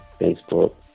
Facebook